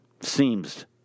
Seems